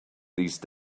these